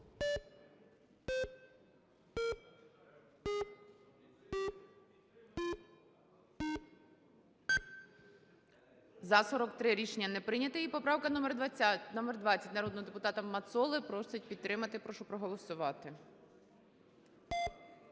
За-43 Рішення не прийнято. І поправка номер 20 народного депутата Мацоли. Просить підтримати. Прошу проголосувати.